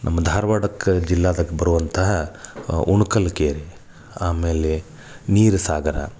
ನಮ್ಮ ಧಾರ್ವಾಡಕ್ಕೆ ಜಿಲ್ಲಾದಕ್ಕೆ ಬರುವಂತಹ ಉಣಕಲ್ ಕೆರೆ ಆಮೇಲೆ ನೀರಸಾಗರ